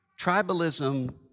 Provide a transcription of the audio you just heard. tribalism